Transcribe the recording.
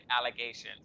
allegations